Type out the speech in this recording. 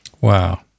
Wow